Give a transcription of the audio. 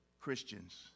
Christians